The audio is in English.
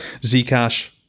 Zcash